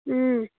ꯎꯝ